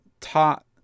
taught